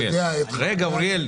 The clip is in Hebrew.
וליידע את חברי הוועדה --- רגע, אוריאל.